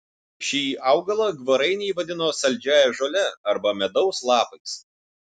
šį augalą gvaraniai vadino saldžiąja žole arba medaus lapais